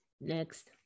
next